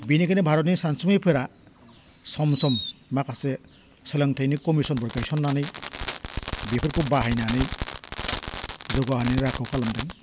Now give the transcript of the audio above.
बिनिखायनो भारतनि सानसुमैफोरा सम सम माखासे सोलोंथाइनि कमिसनफोर गायसननानै बिफोरखौ बाहायनानै जोगाहोनाय राहाखौ खालामदों